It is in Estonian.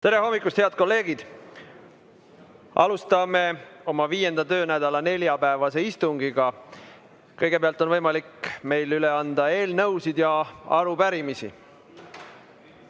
Tere hommikust, head kolleegid! Alustame oma viienda töönädala neljapäevast istungit. Kõigepealt on võimalik meil üle anda eelnõusid ja arupärimisi.